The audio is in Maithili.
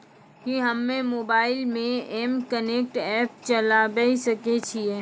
कि हम्मे मोबाइल मे एम कनेक्ट एप्प चलाबय सकै छियै?